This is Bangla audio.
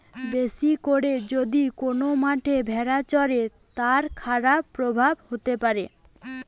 বেশি করে যদি কোন মাঠে ভেড়া চরে, তার খারাপ প্রভাব হতে পারে